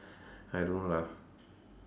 I don't know lah